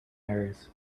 errors